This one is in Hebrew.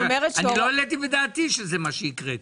אני לא העליתי בדעתי שזה מה שיקרה כאן.